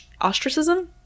ostracism